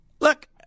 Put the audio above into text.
look